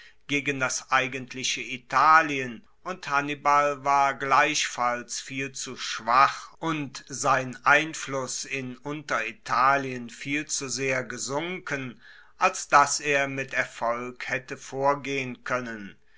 gegen das eigentliche italien und hannibal war gleichfalls viel zu schwach und sein einfluss in unteritalien viel zu sehr gesunken als dass er mit erfolg haette vorgehen koennen